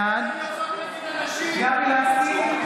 בעד גבי לסקי,